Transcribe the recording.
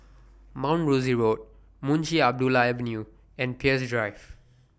Mount Rosie Road Munshi Abdullah Avenue and Peirce Drive